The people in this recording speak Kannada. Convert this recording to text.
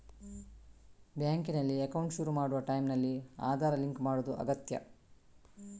ಬ್ಯಾಂಕಿನಲ್ಲಿ ಅಕೌಂಟ್ ಶುರು ಮಾಡುವ ಟೈಂನಲ್ಲಿ ಆಧಾರ್ ಲಿಂಕ್ ಮಾಡುದು ಅಗತ್ಯ